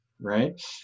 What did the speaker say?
right